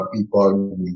people